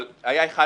אבל היה אחד